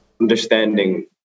understanding